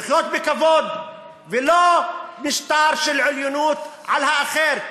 ולחיות בכבוד, ולא משטר של עליונות על אחר.